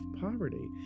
poverty